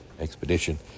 expedition